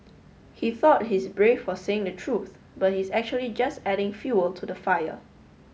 he thought he's brave for saying the truth but he's actually just adding fuel to the fire